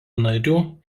narių